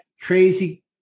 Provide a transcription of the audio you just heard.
crazy